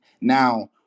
Now